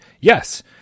yes